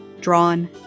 drawn